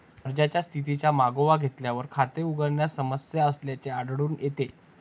अर्जाच्या स्थितीचा मागोवा घेतल्यावर, खाते उघडण्यात समस्या असल्याचे आढळून येते